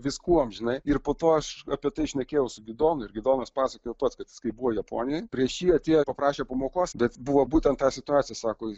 viskuom žinai ir po to aš apie tai šnekėjau su gidonu ir gidonas pasakojo pats kad kai buvo japonijoj prieš jį atėjo paprašė pamokos bet buvo būtent ta situacija sako